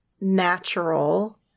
natural